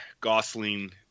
Gosling